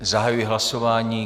Zahajuji hlasování.